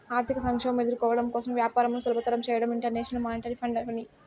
ఆర్థిక సంక్షోభం ఎదుర్కోవడం కోసం వ్యాపారంను సులభతరం చేయడం ఇంటర్నేషనల్ మానిటరీ ఫండ్ పని